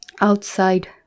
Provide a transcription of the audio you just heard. outside